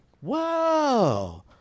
Whoa